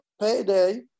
payday